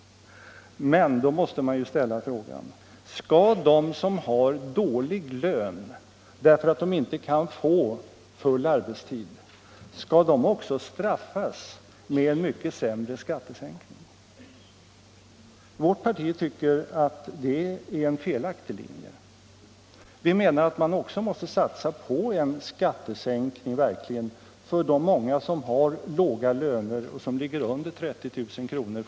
Men då måste man ställa frågan: Skall de som har dålig lön därför att de inte kan få full arbetstid också straffas med en mycket sämre skattesänkning? Vårt parti tycker att det är en felaktig linje. Vi menar att man också måste satsa på en verklig skat tesänkning för de många som har låga löner, som ligger under 30 000 kr.